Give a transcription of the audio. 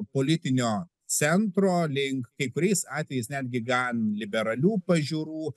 politinio centro link kai kuriais atvejais netgi gan liberalių pažiūrų